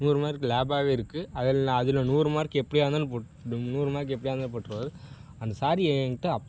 நூறு மார்க் லேபாகவே இருக்குது அதில் அதில் நூறு மார்க் எப்படியா இருந்தாலும் போட் இந்த நூறு மார்க் எப்படியா இருந்தாலும் போட்டுருவாரு அந்த சார் என் கிட்டே அப்